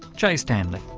jay stanley.